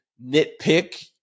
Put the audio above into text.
nitpick